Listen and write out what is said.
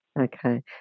Okay